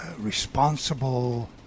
responsible